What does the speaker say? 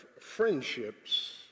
friendships